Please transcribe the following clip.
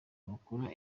bakora